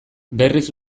berriz